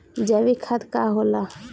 जैवीक खाद का होला?